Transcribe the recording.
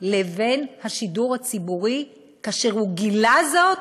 לבין השידור הציבורי, כאשר הוא גילה זאת,